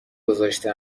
گذاشته